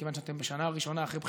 מכיוון שאתם בשנה הראשונה אחרי בחירות.